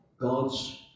God's